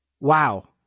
wow